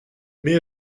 mais